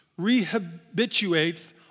rehabituates